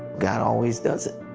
god always does it,